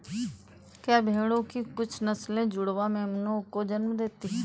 क्या भेड़ों की कुछ नस्लें जुड़वा मेमनों को जन्म देती हैं?